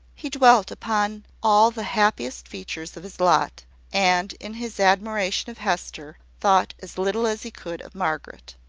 he dwelt upon all the happiest features of his lot and, in his admiration of hester, thought as little as he could of margaret.